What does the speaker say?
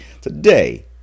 Today